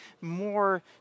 more